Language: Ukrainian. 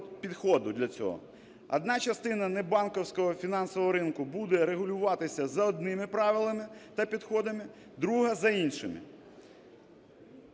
підходу для цього. Одна частина небанківського фінансового ринку буде регулюватися за одними правилами та підходами, друга – за іншими.